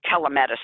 telemedicine